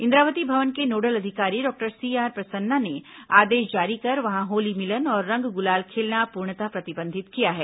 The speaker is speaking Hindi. इंद्रावती भवन के नोडल अधिकारी डॉक्टर सीआर प्रसन्ना ने आदेश जारी कर वहां होली मिलन और रंग गुलाल खेलना पूर्णतः प्रतिबंधित किया है